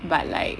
but like